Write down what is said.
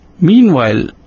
Meanwhile